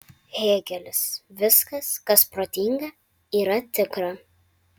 hėgelis viskas kas protinga yra tikra